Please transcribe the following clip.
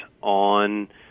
on